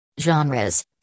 Genres